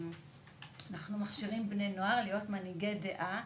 אנחנו מכשירים בני נוער להיות מנהיגי דעה,